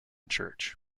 church